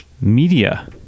media